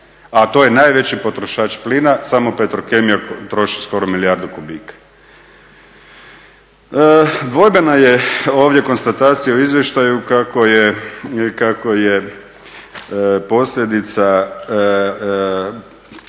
a to je najveći potrošač plina. Samo Petrokemija troši skoro milijardu kubika. Dvojbena je ovdje konstatacija u izvještaju kako je posljedica